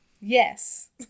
Yes